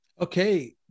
Okay